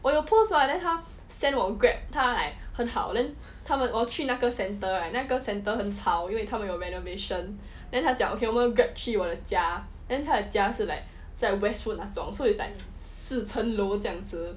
我有 [what] then 他 send 我 Grab right 很好 then 他们我去那个 centre and 那个 centre 很吵因为他们有 renovation then 他讲 okay 我们 Grab 去我的家 then 他的家是 like 在 westwood 那种 so it's like 四层楼这样子